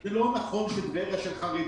זה לא נכון שטבריה היא של חרדים.